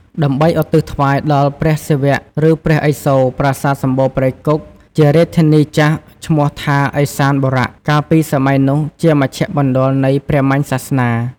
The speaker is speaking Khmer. ដើម្បីឧទ្ទិសថ្វាយដល់ ព្រះសិវៈ ឬព្រះឥសូរ ប្រាសាទសំបូរព្រៃគុក ជារាជធានីចាស់ឈ្មោះថា ឥសានបុរៈ កាលពីសម័យនោះជាមជ្ឈមណ្ឌលនៃព្រាហ្មញ្ញសាសនា។